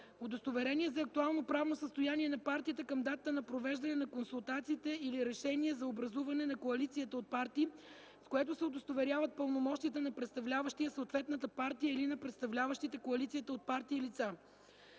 удостоверение за актуално правно състояние на партията към датата на провеждане на консултациите или решение за образуване на коалицията от партии, с което се удостоверяват пълномощията на представляващия съответната партия или на представляващите коалицията от партии лица;